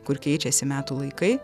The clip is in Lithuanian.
kur keičiasi metų laikai